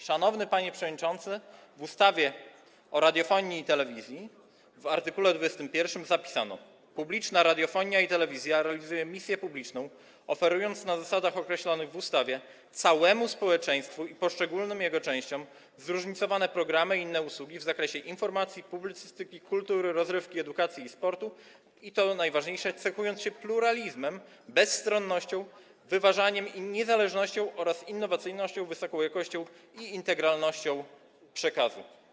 Szanowny panie przewodniczący, w art. 21 ustawy o radiofonii i telewizji zapisano: publiczna radiofonia i telewizja realizuje misję publiczną, oferując, na zasadach określonych w ustawie, całemu społeczeństwu i poszczególnym jego częściom zróżnicowane programy i inne usługi w zakresie informacji, publicystyki, kultury, rozrywki, edukacji i sportu - i to najważniejsze - cechujące się pluralizmem, bezstronnością, wyważeniem i niezależnością oraz innowacyjnością, wysoką jakością i integralnością przekazu.